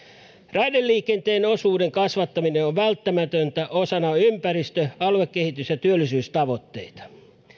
raideliikenteen osuuden kasvattaminen on välttämätöntä osana ympäristö aluekehitys ja työllisyystavoitteita